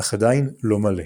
אך עדיין לא מלא.